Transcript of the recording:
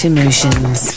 Emotions